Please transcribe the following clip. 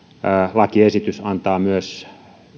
lakiesitys antaa